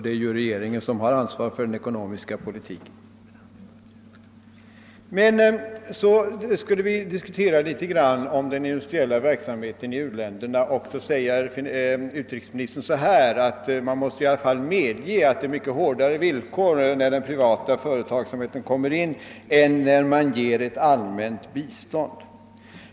Regeringen har ju ansvaret för den ekonomiska politiken. Vi skulle vidare något diskutera den industriella verksamheten i u-länderna. Utrikesministern menade att man i alla fall måste medge att det ställs mycket hårdare villkor för privat investeringsverksamhet än när det utgår allmänt bistånd.